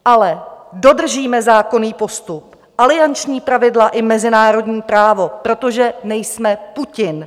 Ale dodržíme zákonný postup, alianční pravidla i mezinárodní právo, protože nejsme Putin.